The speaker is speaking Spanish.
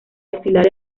desfilar